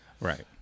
Right